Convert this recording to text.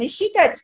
निश्चितच